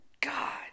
God